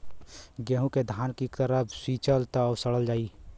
गेंहू के धान की तरह सींचब त सड़ जाई